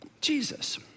Jesus